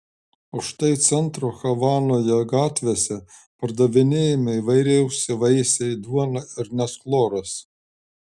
o štai centro havanoje gatvėse pardavinėjami įvairiausi vaisiai duona ar net chloras